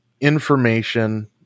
information